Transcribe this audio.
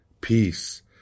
peace